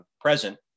present